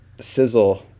sizzle